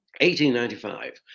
1895